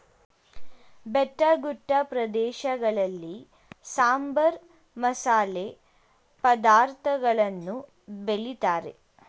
ಬೆಟ್ಟಗುಡ್ಡ ಪ್ರದೇಶಗಳಲ್ಲಿ ಸಾಂಬಾರ, ಮಸಾಲೆ ಪದಾರ್ಥಗಳನ್ನು ಬೆಳಿತಾರೆ